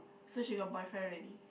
so she got boyfriend already